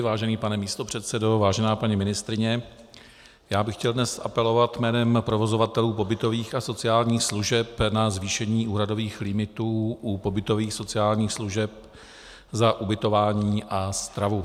Vážený pane místopředsedo, vážená paní ministryně, já bych chtěl dnes apelovat jménem provozovatelů pobytových a sociálních služeb na zvýšení úhradových limitů u pobytových sociálních služeb za ubytování a stravu.